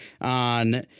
on